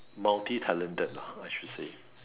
multi talented lah I should say